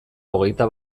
hogeita